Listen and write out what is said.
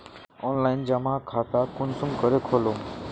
Online जमा खाता कुंसम करे खोलूम?